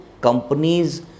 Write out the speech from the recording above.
companies